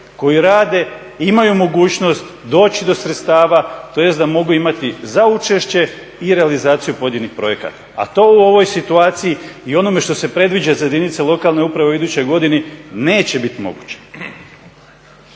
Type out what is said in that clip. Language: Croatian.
koji rade, imaju mogućnost doći do sredstava, tj. da mogu imati za učešće i realizaciju pojedinih projekata, a to u ovoj situaciji i onome što se predviđa za jedinice lokalne uprave u idućoj godini neće bit moguće.